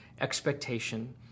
expectation